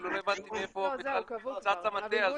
לא הבנתי בכלל מאיפה צץ המטה הזה.